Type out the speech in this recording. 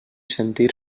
sentir